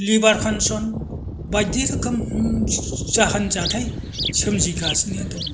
liver फांसन बायदि रोखोम जाहोन जाथाय सोमजिगासिनो दङ